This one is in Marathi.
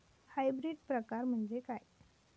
हायब्रिड प्रकार म्हणजे काय?